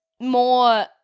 More